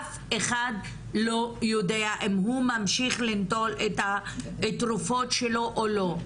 אף אחד לא יודע אם הוא ממשיך ליטול את התרופות שלו או לא.